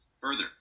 Further